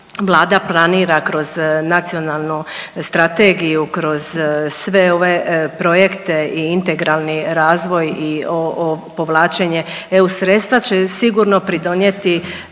planira kroz nacionalnu strategiju, kroz sve ove projekte i integralni razvoj i povlačenje EU sredstva će sigurno pridonijeti